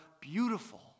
beautiful